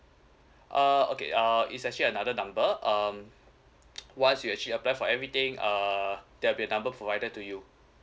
uh okay uh it's actually another number um once you actually apply for everything uh there will be a number provided to you